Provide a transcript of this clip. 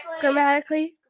grammatically